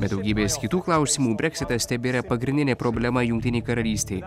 be daugybės kitų klausimų breksitas tebėra pagrindinė problema jungtinei karalystei